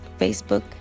Facebook